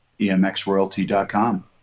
EMXroyalty.com